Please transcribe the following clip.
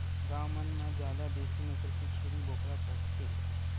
गाँव मन म जादा देसी नसल के छेरी बोकरा पोसथे